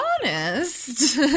honest